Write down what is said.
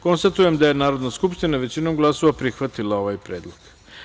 Konstatujem da je Narodna skupština većinom glasova prihvatila ovaj predlog.